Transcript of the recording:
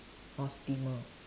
or steamer